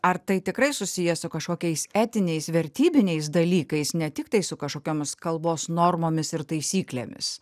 ar tai tikrai susiję su kažkokiais etiniais vertybiniais dalykais ne tiktai su kažkokiomis kalbos normomis ir taisyklėmis